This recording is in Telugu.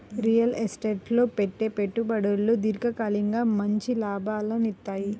రియల్ ఎస్టేట్ లో పెట్టే పెట్టుబడులు దీర్ఘకాలికంగా మంచి లాభాలనిత్తయ్యి